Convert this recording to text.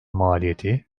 maliyeti